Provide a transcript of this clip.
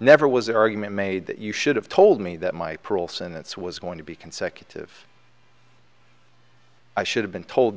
never was an argument made that you should have told me that my parole sentence was going to be consecutive i should have been told